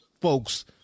folks